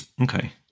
Okay